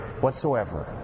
whatsoever